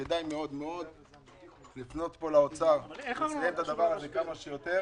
כדאי מאוד לפנות לאוצר כדי שיעשה את זה כמה שיותר מהר.